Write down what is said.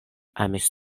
amas